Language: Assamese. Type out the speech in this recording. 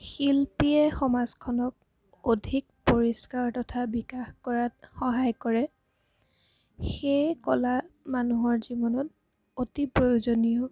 শিল্পীয়ে সমাজখনক অধিক পৰিষ্কাৰ তথা বিকাশ কৰাত সহায় কৰে সেই কলা মানুহৰ জীৱনত অতি প্ৰয়োজনীয়